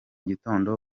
gitondo